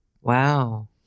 wow